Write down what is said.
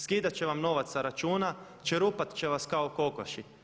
Skidat će vam novac sa računa, čerupat će vas kao kokoši.